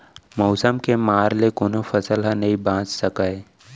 मउसम के मार ले कोनो फसल ह नइ बाच सकय